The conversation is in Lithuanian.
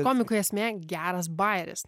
komiko esmė geras bajeris